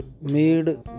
made